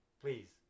Please